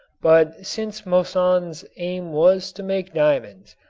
but since moissan's aim was to make diamonds,